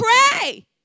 pray